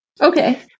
Okay